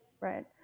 right